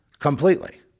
Completely